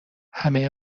همه